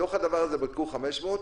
מתוך הדבר הזה בדקו 500,